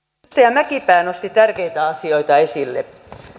mäkipää nosti tärkeitä asioita esille